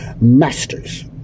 masters